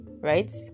right